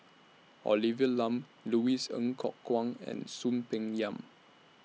Olivia Lum Louis Ng Kok Kwang and Soon Peng Yam